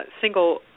single